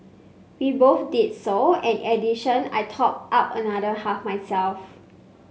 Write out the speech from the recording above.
we both did so and addition I topped up another half myself